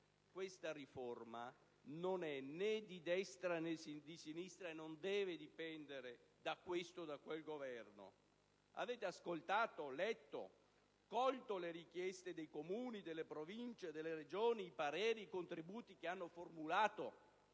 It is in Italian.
Questa riforma non è né di destra, né di sinistra, e non deve dipendere da questo o da quel Governo. Ma avete ascoltato, letto, colto le richieste dei Comuni, delle Province e delle Regioni, i pareri e i contributi che hanno formulato